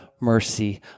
mercy